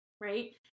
Right